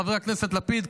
חבר הכנסת לפיד,